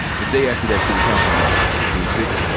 the day after that city council meeting on june sixth,